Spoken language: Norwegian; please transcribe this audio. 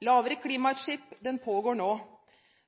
lavere klimautslipp, pågår nå.